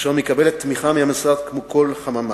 אשר מקבלת תמיכה מהמשרד כמו כל חממה.